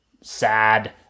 sad